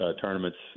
Tournaments